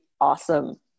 awesome